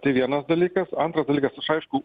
tai vienas dalykas antras dalykas aišku